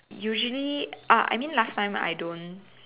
usually uh I mean last time I don't